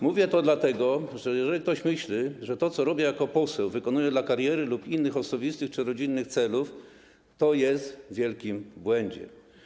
Mówię to dlatego, że jeżeli ktoś myśli, że to, co robię jako poseł, wykonuję dla kariery lub innych osobistych czy rodzinnych celów, to jest w wielkim błędzie.